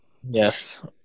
Yes